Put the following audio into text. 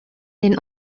den